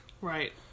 Right